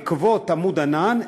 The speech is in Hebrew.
בעקבות "עמוד ענן",